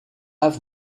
have